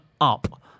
up